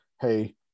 hey